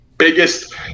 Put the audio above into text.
Biggest –